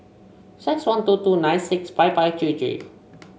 six one two two nine six five five three three